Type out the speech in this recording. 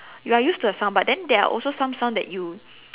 you are used to the sound but then there are also some sound that you